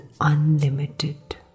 unlimited